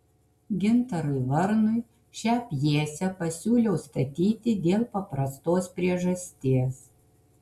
gintarui varnui šią pjesę pasiūliau statyti dėl paprastos priežasties